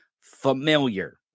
familiar